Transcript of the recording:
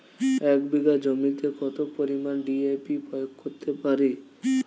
এক বিঘা জমিতে কত পরিমান ডি.এ.পি প্রয়োগ করতে পারি?